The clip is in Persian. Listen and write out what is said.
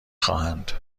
خواهند